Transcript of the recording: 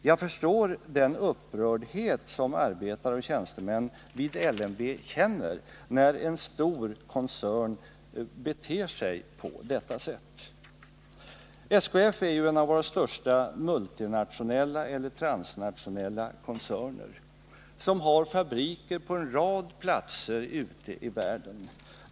Jag förstår den upprördhet som arbetare och tjänstemän vid LMV känner när en stor koncern beter sig på detta sätt. SKF är en av våra största multinationella eller transnationella koncerner och har fabriker på en rad platser ute i världen.